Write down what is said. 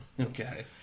Okay